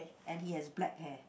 and he has black hair